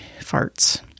farts